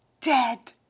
dead